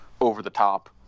over-the-top